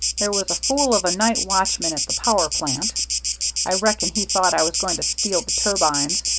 there was a fool of a night watchman at the power plant i reckon he thought i was going to steal the turbines,